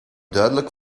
duidelijk